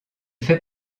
fait